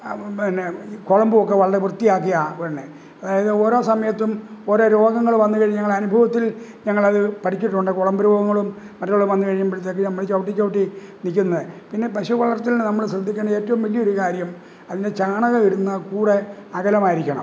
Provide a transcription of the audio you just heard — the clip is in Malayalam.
പിന്നെ കുളമ്പുമൊക്കെ വളരെ വൃത്തിയാക്കിയാണ് വിടണെ അതായത് ഓരോ സമയത്തും ഓരോ രോഗങ്ങള് വന്നുകഴിഞ്ഞാല് ഞങ്ങളനുഭവത്തിൽ ഞങ്ങളത് പഠിച്ചിട്ടുണ്ട് കുളമ്പ് രോഗങ്ങളും മറ്റുള്ളതൊക്കെ വന്നു കഴിയുമ്പഴത്തേക്ക് നമ്മള് ചവിട്ടി ചവിട്ടി നിക്കുന്നെ പിന്നെ പശു വളർത്തലിന് നമ്മള് ശ്രദ്ധിക്കേണ്ട ഏറ്റവും വലിയൊരു കാര്യം അതിൻ്റെ ചാണകം ഇടുന്ന കൂട് അകലമായിരിക്കണം